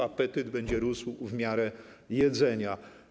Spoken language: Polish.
Apetyt będzie rósł w miarę jedzenia.